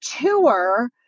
tour